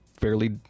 fairly